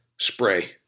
spray